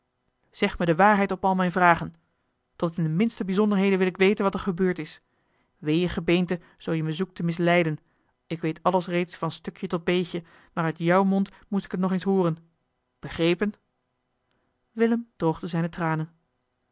zeg me de waarheid op al mijne vragen tot in de minste bijzonderheden wil ik weten wat er gebeurd is wee je gebeente zoo je me zoekt te misleiden ik weet alles reeds van stukje tot beetje maar uit jouw mond moest ik het nog eens hooren begrepen willem droogde zijne tranen